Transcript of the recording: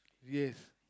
yes